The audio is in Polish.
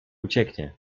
ucieknie